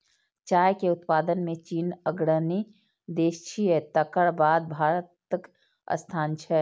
चाय के उत्पादन मे चीन अग्रणी देश छियै, तकर बाद भारतक स्थान छै